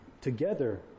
together